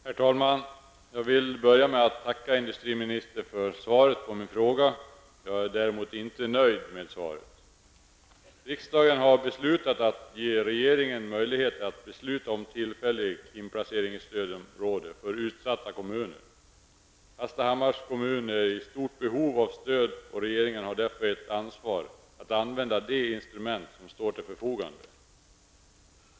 Herr talman! Jag vill börja med att tacka industriministern för svaret på min fråga. Jag är däremot inte nöjd med svaret. Riksdagen har beslutat att ge regeringen möjlighet att besluta om tillfällig inplacering i stödområde för utsatta kommuner. Hallstahammars kommun är i stort behov av stöd, och regeringen har därför ett ansvar att använda de instrument som står till förfogande.